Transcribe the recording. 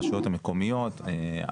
הרשויות המקומיות,